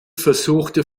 versuchte